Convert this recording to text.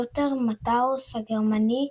לותר מתאוס הגרמני,